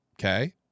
okay